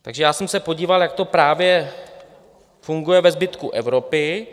Takže já jsem se podíval, jak to právě funguje ve zbytku Evropy.